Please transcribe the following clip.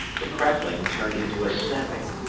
the crackling turned into a snapping,